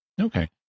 Okay